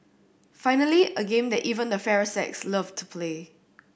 finally a game that even the fairer sex loved to play